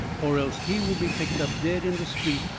or else he will be picked up dead in the street,